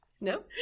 No